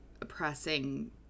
oppressing